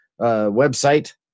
website